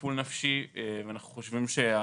לטיפול נפשי ואנחנו חושבים שההתייחסות